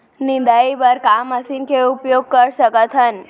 निंदाई बर का मशीन के उपयोग कर सकथन?